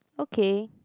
okay